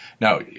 Now